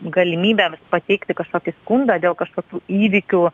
galimybėms pateikti kažkokį skundą dėl kažkokių įvykių